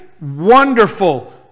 wonderful